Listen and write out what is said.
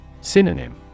Synonym